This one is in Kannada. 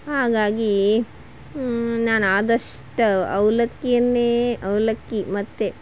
ಹಾಗಾಗಿ ನಾನಾದಷ್ಟು ಅವಲಕ್ಕಿಯನ್ನೇ ಅವಲಕ್ಕಿ ಮತ್ತೆ